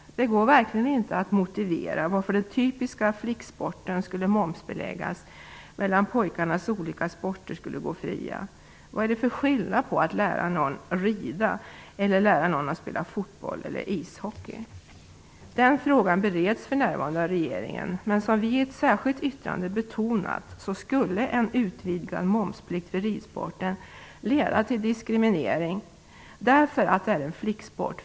Det går verkligen inte att motivera varför den typiska flicksporten skulle momsbeläggas medan pojkarnas olika sporter skulle gå fria. Vad är det för skillnad på att lära någon rida eller lära någon att spela fotboll eller ishockey? Denna fråga bereds för närvarande av regeringen. Men som vi i ett särskilt yttrande betonat skulle en utvidgad momsplikt för ridsporten leda till diskriminering, eftersom den framför allt är en flicksport.